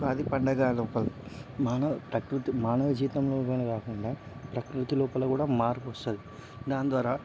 ఉగాది పండగ అదొక మానవ ప్రకృతి మానవ జీవితంలోనే కాకుండా ప్రకృతి లోపల కూడా మార్పు వస్తుంది దాని ద్వారా